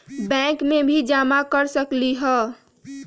Bank में भी जमा कर सकलीहल?